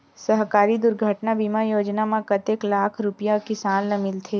सहकारी दुर्घटना बीमा योजना म कतेक लाख रुपिया किसान ल मिलथे?